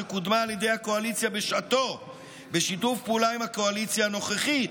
שקודמה על ידי הקואליציה בשעתו בשיתוף פעולה עם הקואליציה הנוכחית.